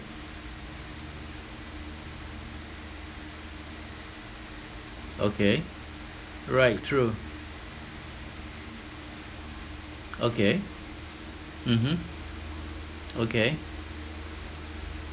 okay right true okay mmhmm okay